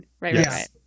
right